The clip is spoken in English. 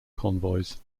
convoys